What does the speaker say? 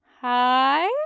Hi